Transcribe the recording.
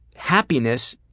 happiness